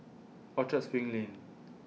Orchard SPRING Lane